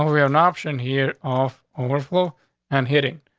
when were an option here off wonderful and hitting.